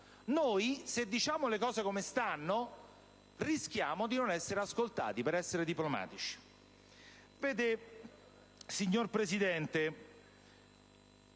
noi, se diciamo le cose come stanno, rischiamo di non essere ascoltati, per essere diplomatici.